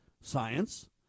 science